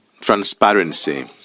transparency